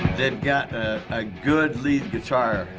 they've got a good lead guitar.